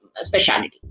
Speciality